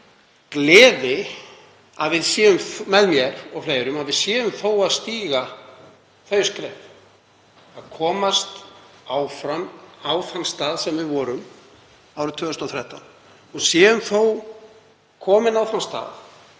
gleði með mér og fleirum að við séum þó að stíga þau skref að komast áfram á þann stað sem við vorum á árið 2013, að við séum þó komin á þann stað,